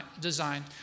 design